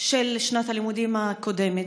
של שנת הלימודים הקודמת,